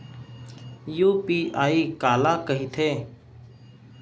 UPI काला कहिथे?